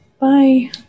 bye